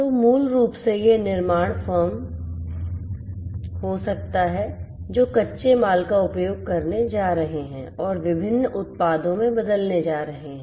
तो मूल रूप से यह निर्माण फर्म हो सकता है जो कच्चे माल का उपयोग करने जा रहे हैं और विभिन्न उत्पादों में बदलने जा रहे हैं